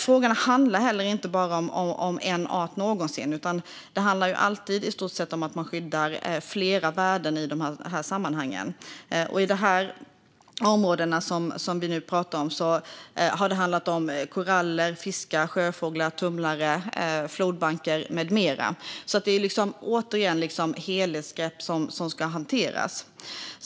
Frågan handlar inte heller om bara en art, någonsin, utan i de här sammanhangen handlar det i stort sett alltid om att skydda flera värden. I de områden vi nu pratar om har det handlat om koraller, fiskar, sjöfåglar, tumlare, flodbankar med mera. Det är alltså, återigen, helhetsgrepp som ska hanteras.